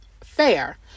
Fair